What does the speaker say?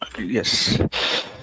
yes